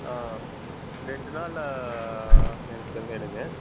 ஆ ரெண்டு நாளில் எனக்கு வேணுங்க